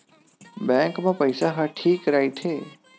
Bank मा पईसा ह ठीक राइथे?